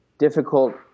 Difficult